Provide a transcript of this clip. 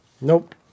nope